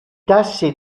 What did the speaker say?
tassi